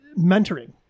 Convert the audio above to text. Mentoring